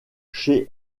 chez